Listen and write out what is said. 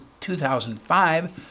2005